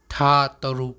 ꯊꯥ ꯇꯔꯨꯛ